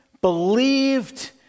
believed